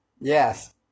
Yes